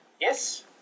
Yes